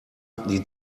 die